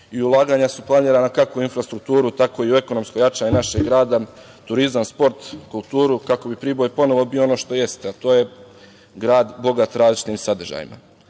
i ulaganja su planirana kako u infrastrukturu, tako i u ekonomsko jačanje našeg grada, turizam, sport, kulturu kako bi Priboj ponovo bio ono to jeste, a to je grad bogat različitim sadržajima. Takođe,